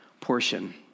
portion